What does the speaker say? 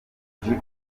ukunzwe